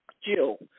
Jill